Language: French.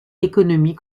économie